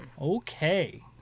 Okay